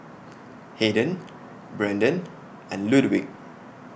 Haden Brenden and Ludwig